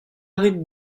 rit